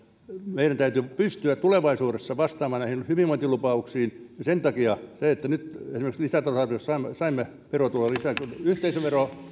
meidän täytyy pystyä tulevaisuudessa vastaamaan näihin hyvinvointilupauksiin sen takia nyt esimerkiksi lisätalousarviossa saimme verotuloja lisää yhteisöverotuotto